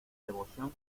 devoción